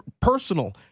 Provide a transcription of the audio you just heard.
personal